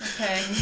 okay